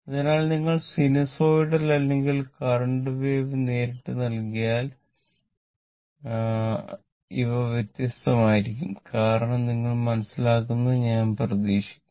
അതിനാൽ നിങ്ങൾ സിനുസോയ്ഡൽ അല്ലെങ്കിൽ കറന്റ് വേവ് നേരിട്ട് നൽകിയാൽ വികാരങ്ങൾ അല്പം വ്യത്യസ്തമായിരിക്കും കാരണം നിങ്ങൾ മനസ്സിലാക്കിയെന്ന് ഞാൻ പ്രതീക്ഷിക്കുന്നു